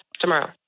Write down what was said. Tomorrow